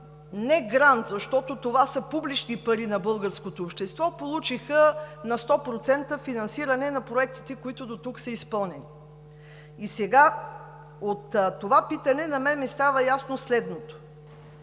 не грант, защото това са публични пари на българското общество, получиха на сто процента финансиране на проектите, които дотук са изпълнени. Сега от това питане на мен ми става ясно следното: